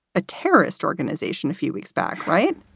a terrorist organization a few weeks back. right.